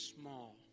small